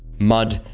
mud,